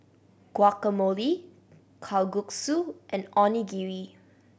Guacamole Kalguksu and Onigiri